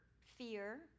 fear